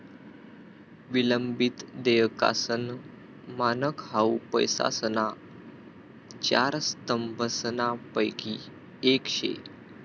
विलंबित देयकासनं मानक हाउ पैसासना चार स्तंभसनापैकी येक शे